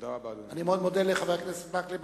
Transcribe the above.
אני מאוד מודה לחבר הכנסת מקלב,